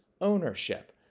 ownership